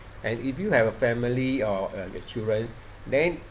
and if you have a family or uh the children then